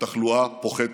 התחלואה פוחתת.